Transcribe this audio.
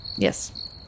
yes